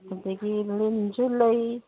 ꯑꯗꯒꯤ ꯂꯤꯟꯁꯨ ꯂꯩ